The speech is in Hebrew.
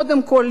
קודם כול,